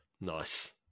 Nice